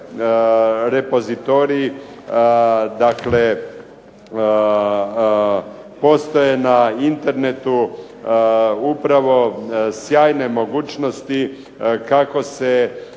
repozitorij, dakle postoje na internetu upravo sjajne mogućnosti kako se